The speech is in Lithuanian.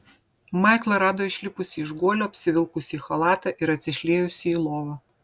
maiklą rado išlipusį iš guolio apsivilkusį chalatą ir atsišliejusį į lovą